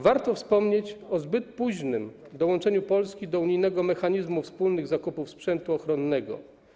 Warto wspomnieć o zbyt późnym dołączeniu Polski do unijnego mechanizmu wspólnych zakupów sprzętu ochronnego.